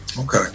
Okay